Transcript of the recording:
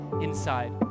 inside